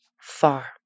far